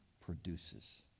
produces